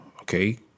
okay